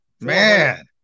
man